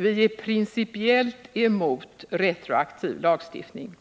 Vi är principiellt emot retroaktiv lagstiftning.